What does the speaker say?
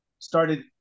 started